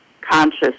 conscious